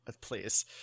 Please